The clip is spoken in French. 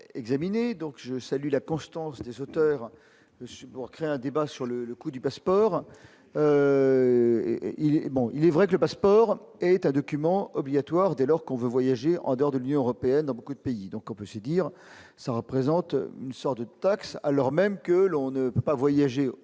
je salue la constance des auteurs pour créer un débat sur le le coût du passeport et il bon il est vrai que le passeport, état, document obligatoire dès lors qu'on veut voyager en dehors de l'Union européenne dans beaucoup de pays, donc on peut se dire ça représente une sorte de taxe alors même que l'on ne peut pas voyager du Mans